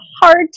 hard